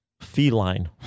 feline